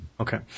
Okay